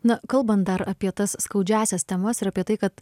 na kalbant dar apie tas skaudžiąsias temas ir apie tai kad